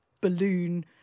balloon